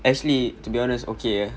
actually to be honest okay ah